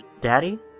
Daddy